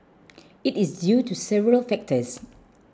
it is due to several factors